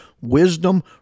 wisdom